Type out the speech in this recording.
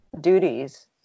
duties